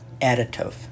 additive